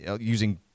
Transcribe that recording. using